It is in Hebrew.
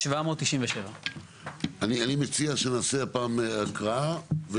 797. אני מציע שנעשה הפעם הקראה ודיון.